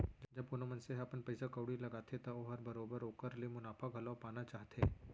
जब कोनो मनसे ह अपन पइसा कउड़ी लगाथे त ओहर बरोबर ओकर ले मुनाफा घलौ पाना चाहथे